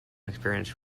experience